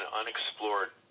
unexplored